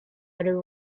other